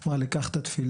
אמר לי קח את התפילין,